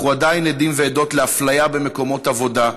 אנחנו עדיין עדים ועדות לאפליה במקומות עבודה,